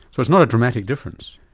so it's not a dramatic difference?